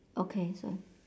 okay so